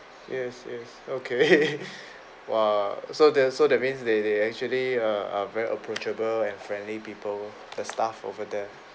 yes yes okay !wah! so that so that means they they actually err err very approachable and friendly people the staff over there